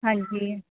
ਹਾਂਜੀ